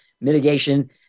mitigation